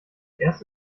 erst